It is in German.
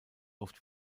oft